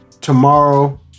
tomorrow